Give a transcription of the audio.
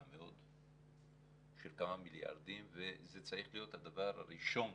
מאוד של כמה מיליארדים וזה צריך להיות הדבר הראשון